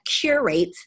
curate